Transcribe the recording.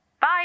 Bye